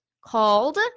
called